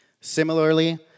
Similarly